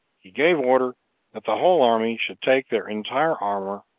he gave order that the whole army should take their entire armor,